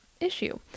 issue